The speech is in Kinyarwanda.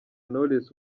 knowless